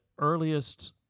earliest